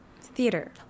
Theater